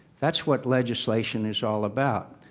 that's what legislation is all about.